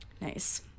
Nice